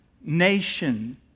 nation